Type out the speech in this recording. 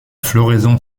floraison